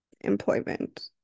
employment